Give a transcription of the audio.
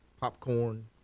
popcorn